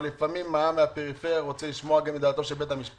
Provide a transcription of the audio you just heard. אבל לפעמים העם מהפריפריה רוצה לשמוע גם את דעתו של בית המשפט.